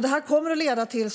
Detta kommer att leda till